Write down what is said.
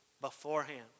beforehand